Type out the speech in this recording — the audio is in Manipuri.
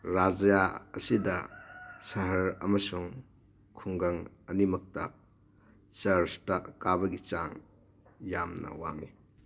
ꯔꯥꯖ꯭ꯌ ꯑꯁꯤꯗ ꯁꯍꯔ ꯑꯃꯁꯨꯡ ꯈꯨꯡꯒꯪ ꯑꯅꯤꯃꯛꯇ ꯆꯔꯁꯇ ꯀꯥꯕꯒꯤ ꯆꯥꯡ ꯌꯥꯝꯅ ꯋꯥꯡꯉꯤ